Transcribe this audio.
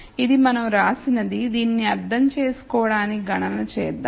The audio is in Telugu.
ఇది మనం వ్రాసినది దీనిని అర్థం చేసుకోవడానికి గణన చేద్దాం